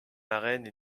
marraine